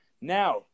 Now